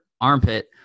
armpit